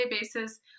basis